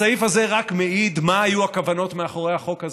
הסעיף הזה רק מעיד מה היו הכוונות מאחורי החוק הזה.